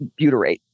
butyrate